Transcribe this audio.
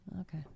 Okay